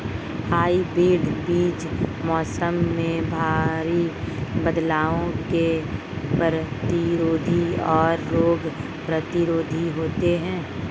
hybrid बीज मौसम में भारी बदलाव के प्रतिरोधी और रोग प्रतिरोधी होते हैं